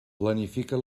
planifica